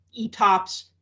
ETOPS